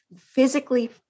physically